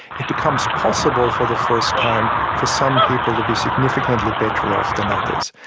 it becomes possible for the first time for some people to be significantly better off than others.